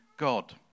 God